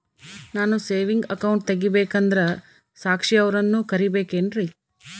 ನಾನು saving account ತೆಗಿಬೇಕಂದರ ಸಾಕ್ಷಿಯವರನ್ನು ಕರಿಬೇಕಿನ್ರಿ?